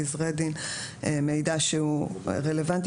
גזרי דין ומידע שהוא רלוונטי.